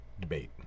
debate